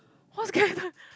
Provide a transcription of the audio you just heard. what's character